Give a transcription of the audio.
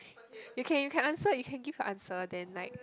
you can you can answer you can give a answer then like